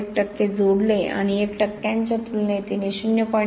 1 टक्के जोडले आणि 1 टक्क्यांच्या तुलनेत तिने 0